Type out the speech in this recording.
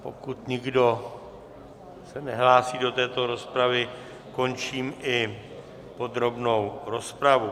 Pokud nikdo se nehlásí do této rozpravy, končím i podrobnou rozpravu.